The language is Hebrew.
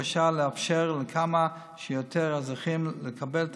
במטרה לאפשר לכמה שיותר אזרחים לקבל את